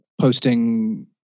posting